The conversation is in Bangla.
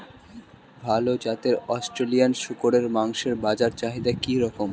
ভাল জাতের অস্ট্রেলিয়ান শূকরের মাংসের বাজার চাহিদা কি রকম?